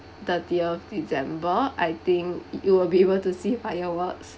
thirtieth december I think you will be able to see fireworks